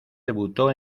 debutó